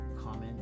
comment